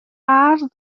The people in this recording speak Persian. قرض